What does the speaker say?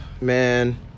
man